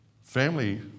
Family